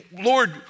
Lord